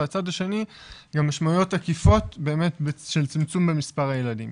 והצד השני זה המשמעותיות העקיפות של צמצום במספר הילדים.